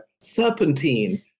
Serpentine